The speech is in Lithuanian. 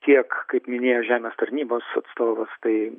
tiek kaip minėjo žemės tarnybos atstovas tai